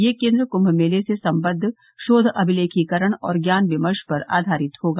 यह केन्द्र कुंभ मेले से सम्बद्ध शोघ अभिलेखीकरण और ज्ञान विमर्श पर आधारित होगा